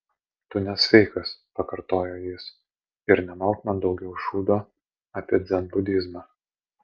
tu nesveikas pakartojo jis ir nemalk man daugiau šūdo apie dzenbudizmą